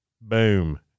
boom